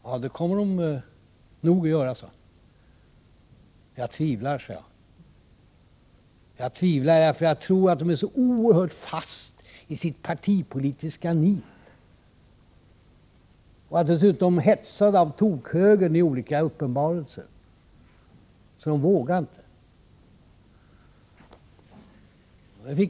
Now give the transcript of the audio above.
Jag sade: Jag tvivlar, därför att jag tror att de är så oerhört fast i sitt partipolitiska nit och dessutom hetsade av tok-högern i olika uppenbarelser att de inte vågar.